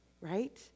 right